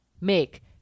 Make